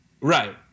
Right